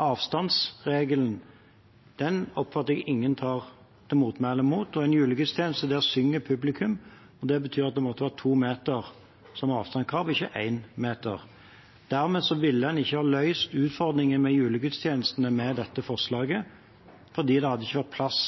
avstandsregelen oppfatter jeg at ingen tar til motmæle mot. På en julegudstjeneste synger publikum, og det betyr at det må være to meters avstand, ikke én meters avstand. Dermed ville en ikke ha løst utfordringene med julegudstjenestene med dette forslaget – det hadde ikke vært plass